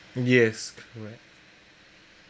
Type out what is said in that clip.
yes correct